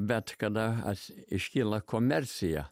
bet kada aš iškyla komercija